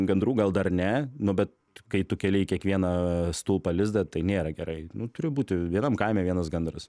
gandrų gal dar ne nu bet kai tu keli į kiekvieną stulpą lizdą tai nėra gerai nu turiu būtų geram kaime vienas gandras